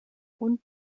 und